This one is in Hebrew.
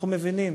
אנחנו מבינים